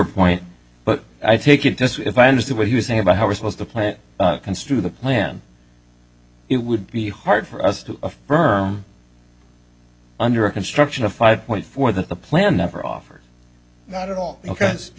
point but i take it just if i understood what he was saying about how we're supposed to plan construe the plan it would be hard for us to affirm under construction of five point four that the plan never offered not at all ok you